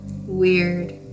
weird